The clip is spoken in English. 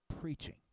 preaching